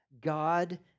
God